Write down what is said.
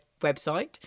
website